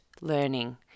learning